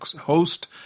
host